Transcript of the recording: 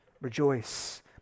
rejoice